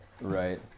Right